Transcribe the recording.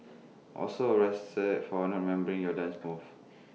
also arrested for not remembering your dance moves